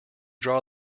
draw